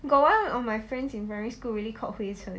got one of my friends in primary school really called 灰尘